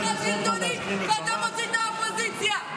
לאופוזיציה.